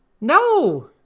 No